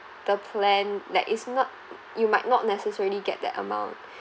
the plan that is not you might not necessarily get that amount